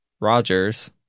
Rogers